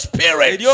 Spirit